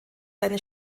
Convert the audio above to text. seine